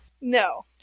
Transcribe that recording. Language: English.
no